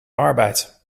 arbeid